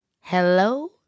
Hello